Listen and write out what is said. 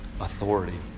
authority